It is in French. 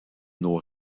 nos